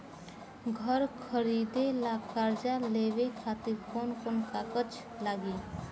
घर खरीदे ला कर्जा लेवे खातिर कौन कौन कागज लागी?